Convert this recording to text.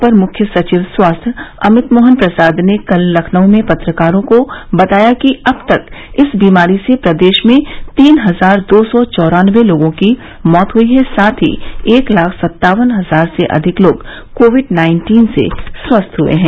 अपर मुख्य सचिव स्वास्थ्य अमित मोहन प्रसाद ने कल लखनऊ में पत्रकारों को बताया कि अब तक इस बीमारी से प्रदेश में तीन हजार दो सौ चौरानबे लोगों की मौत हुई हैं साथ ही एक लाख सत्तावन हजार से अधिक लोग कोविड नाइन्टीन से स्वस्थ हुए हैं